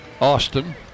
Austin